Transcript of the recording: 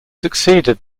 succeeded